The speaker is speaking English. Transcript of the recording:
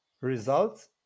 Results